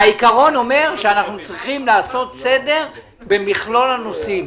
והעיקרון אומר שאנחנו צריכים לעשות סדר במכלול הנושאים.